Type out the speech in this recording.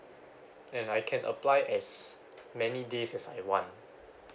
and I can apply as many days as I want